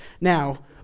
now